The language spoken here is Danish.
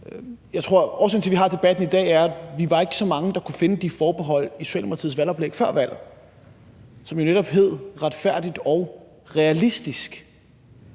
til, vi har debatten i dag, er, at vi ikke var så mange, der kunne finde de forbehold i Socialdemokratiets valgoplæg før valget, som jo netop hed »Retfærdig og realistisk«.